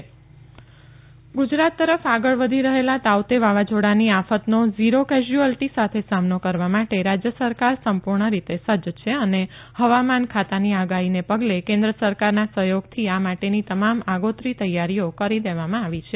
મુખ્યમંત્રી વાવાઝોડુ ગુજરાત તરફ આગળ વધી રહેલા તાઉતે વાવાઝોડાની આફતનો ઝીરો કેઝયુરનલ્ટી સાથે સામનો કરવા માટે રાજય સરકાર સંપુર્ણ રીતે સજજ છે અને હવામાન ખાતાની આગાહીને પગલે કેન્દ્ર સરકારના સહયોગથી આ માટેની તમામ આગોતરી તૈયારીઓ કરી દેવામાં આવી છે